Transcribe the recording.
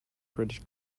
british